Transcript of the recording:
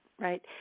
Right